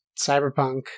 cyberpunk